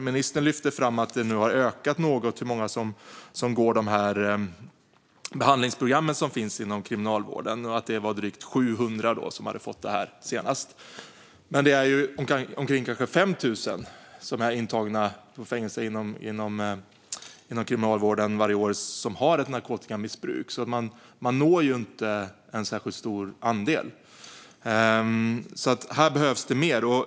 Ministern lyfte fram att det antal som går de behandlingsprogram som finns inom kriminalvården har ökat något och att det var drygt 700 som senast fått göra det. Men det är omkring 5 000 som är intagna på fängelser inom kriminalvården varje år och som har ett narkotikamissbruk. Man når alltså inte en särskilt stor andel. Här behövs det mer.